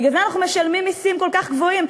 בגלל זה אנחנו משלמים מסים כל כך גבוהים,